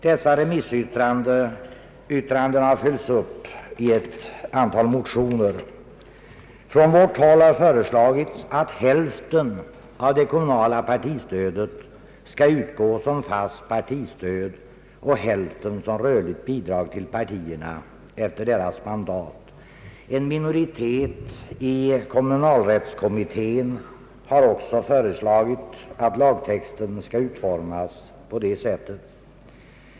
Dessa remissyttranden har följts upp i ett antal motioner. Från vårt håll har föreslagits att hälften av det kommunala partistödet skall utgå som fast partistöd och hälften som rörligt bidrag till partierna efter deras mandat. En minoritet i kommunalrättskommittén har också föreslagit att lagtexten skall utformas på detta sätt.